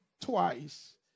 twice